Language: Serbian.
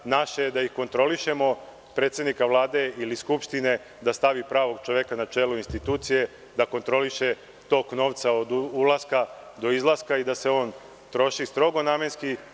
Naše je da ih kontrolišemo, predsednik Vlade ili Skupštine da stavi pravog čoveka na čelo institucije da kontroliše tok novca od ulaska do izlaska i da se on troši strogo namenski.